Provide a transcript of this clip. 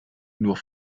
nur